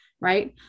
right